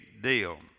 deal